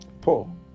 paul